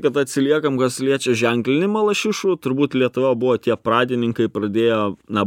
kad atsiliekam kas liečia ženklinimą lašišų turbūt lietuva buvo tie pradininkai pradėjo na